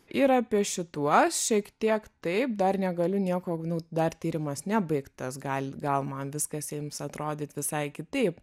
ir apie šituos šiek tiek taip dar negaliu nieko gnu dar tyrimas nebaigtas gal gal man viskas ims atrodyt visai kitaip